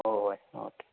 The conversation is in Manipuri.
ꯍꯣꯏ ꯍꯣꯏ ꯑꯣꯀꯦ